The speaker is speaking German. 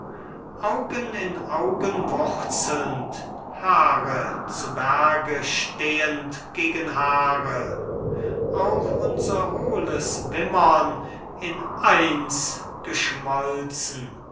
geflochten augen in augen wurzelnd haare zu berge stehend gegen haare auch unser hohles wimmern in eins geschmolzen und